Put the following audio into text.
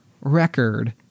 record